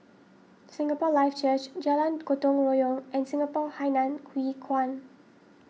Singapore Life Church Jalan Gotong Royong and Singapore Hainan Hwee Kuan